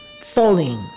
falling